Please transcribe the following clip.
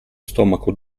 stomaco